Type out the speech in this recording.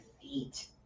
feet